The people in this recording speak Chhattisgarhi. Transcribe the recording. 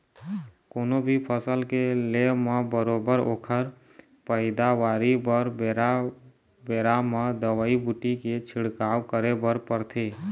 कोनो भी फसल के ले म बरोबर ओखर पइदावारी बर बेरा बेरा म दवई बूटी के छिड़काव करे बर परथे